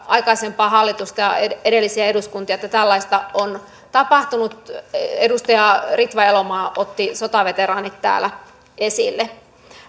aikaisempaa hallitusta ja edellisiä eduskuntia että tällaista on tapahtunut edustaja ritva elomaa otti sotaveteraanit täällä esille